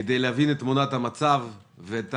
כדי להבין את תמונת המצב ואת